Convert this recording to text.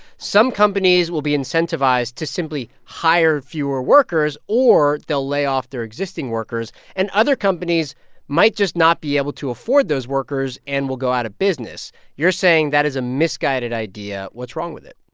some companies will be incentivized to simply hire fewer workers, or they'll lay off their existing workers, and other companies might just not be able to afford those workers and will go out of business. you're saying that is a misguided idea. what's wrong with it?